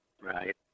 right